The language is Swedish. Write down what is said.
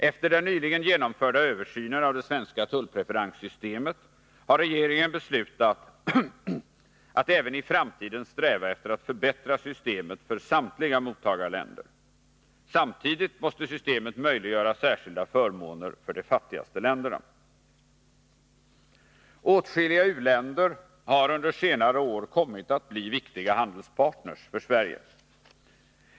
Efter den nyligen genomförda översynen av det svenska tullpreferenssystemet har regeringen beslutat att även i framtiden sträva efter att förbättra systemet för samtliga mottagarländer. Samtidigt måste systemet möjliggöra särskilda förmåner för de fattigaste länderna. Åtskilliga u-länder har under senare år kommit att bli viktiga handelspartner för Sverige.